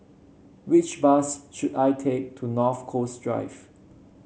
which bus should I take to North Coast Drive